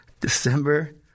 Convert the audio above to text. December